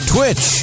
Twitch